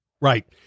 right